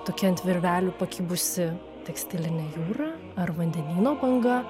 tokia ant virvelių pakibusi tekstilinė jūra ar vandenyno banga